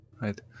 Right